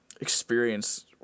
experience